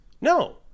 No